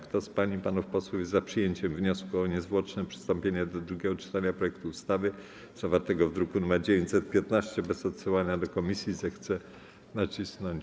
Kto z pań i panów posłów jest za przyjęciem wniosku o niezwłoczne przystąpienie do drugiego czytania projektu ustawy zawartego w druku nr 915 bez odsyłania do komisji, zechce nacisnąć